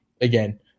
Again